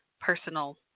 personal